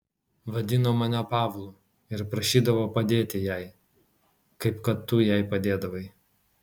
vadino mane pavlu ir prašydavo padėti jai kaip kad tu jai padėdavai